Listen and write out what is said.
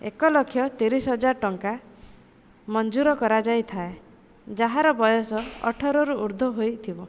ଏକଲକ୍ଷ ତିରିଶ ହଜାର ଟଙ୍କା ମଞ୍ଜୁର କରାଯାଇଥାଏ ଯାହାର ବୟସ ଅଠରରୁ ଉର୍ଦ୍ଧ୍ୱ ହୋଇଥିବ